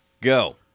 Go